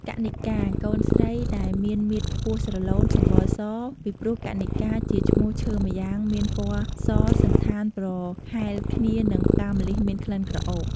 កណិការ កូនស្រីដែលមានមាឌខ្ពស់ស្រឡូន សម្បុរស ពីព្រោះកណិការ ជាឈ្មោះឈើម្យ៉ាងមានពណ៌សសណ្ឋានប្រហែលគ្នានឹងផ្កាម្លិះមានក្លិនក្រអូប។